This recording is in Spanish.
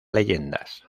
leyendas